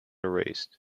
erased